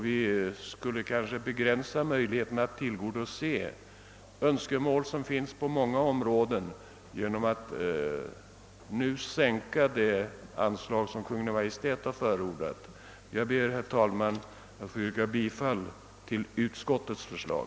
Vi skulle kanske begränsa möjligheterna att tillgodose önskemål på många områden genom att nu sänka det av Kungl. Maj:t förordade anslaget. Jag ber, herr talman, att få yrka bifall till utskottets hemställan.